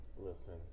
Listen